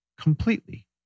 completely